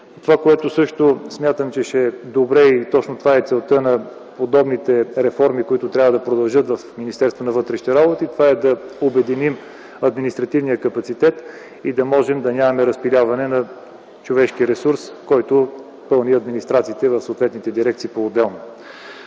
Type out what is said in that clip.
Това, което също смятам, че е добре и е цел на подобни реформи, които би трябвало да продължат в Министерството на вътрешните работи, е да обединим административния капацитет и да нямаме разпиляване на човешкия ресурс, който пълни администрациите в съответните дирекции поотделно.